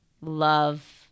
love